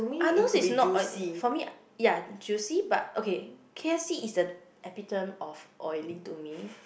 Arnold's is not oily for me ya juicy but okay k_f_c is the epitome of oily to me